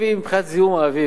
מבחינת זיהום האוויר,